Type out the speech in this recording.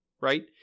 right